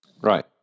Right